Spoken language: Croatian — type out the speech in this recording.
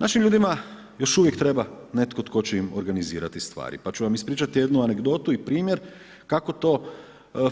Našim ljudima još uvijek treba netko tko će im organizirati stvari pa ću vam ispričati jednu anegdotu i primjer kako to